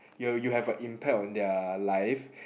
you'll you have a impact on their life